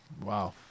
Wow